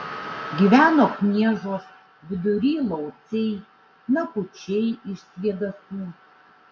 gyveno kniežos vidury lauciai nakučiai iš svėdasų